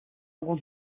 algum